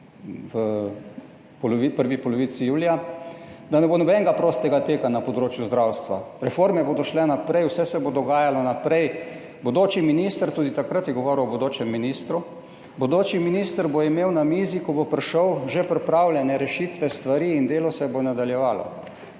v prvi polovici julija, da ne bo nobenega prostega teka na področju zdravstva, reforme bodo šle naprej, vse se bo dogajalo naprej, bodoči minister, tudi takrat je govoril o bodočem ministru, bodoči minister bo imel na mizi, ko bo prišel, že pripravljene rešitve, stvari in delo se bo nadaljevalo.